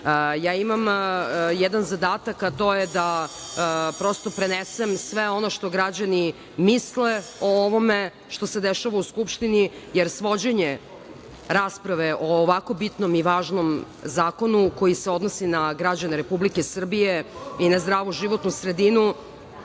već. Imam jedan zadatak, a to je da prenesem sve ono što građani misle o ovome što se dešava u Skupštini, jer svođenje rasprave o ovako bitnom i važnom zakonu koji se odnosi na građane Republike Srbije i na zdravu životnu sredinu